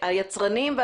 יצרנים,